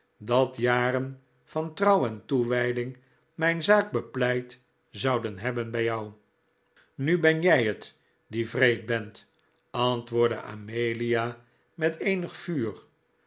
dat jaren van trouw en toewijding mijn zaak bepleit zouden hebben bij jou nu ben jij het die wreed bent antwoordde amelia met eenig vuur